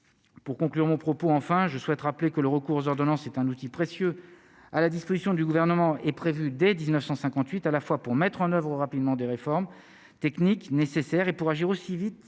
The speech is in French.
pour conclure mon propos, enfin, je souhaite rappeler que le recours aux ordonnances est un outil précieux à la disposition du gouvernement est prévue dès 1958 à la fois pour mettre en oeuvre rapidement des réformes techniques nécessaires et pour agir aussi vite